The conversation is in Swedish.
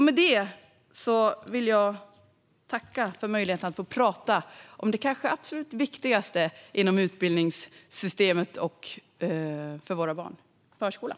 Med detta vill jag tacka för möjligheten att få prata om det kanske absolut viktigaste inom utbildningssystemet och för våra barn - förskolan.